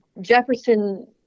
Jefferson